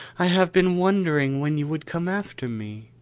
i have been wondering when you would come after me.